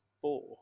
four